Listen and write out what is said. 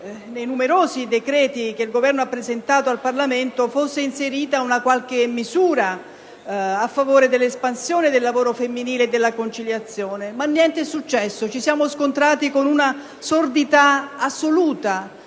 nei numerosi decreti che il Governo ha presentato in Parlamento, fosse inserita qualche misura a favore dell'espansione del lavoro femminile e della conciliazione, ma niente è successo. Ci siamo scontrati con una sordità assoluta;